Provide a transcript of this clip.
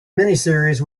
miniseries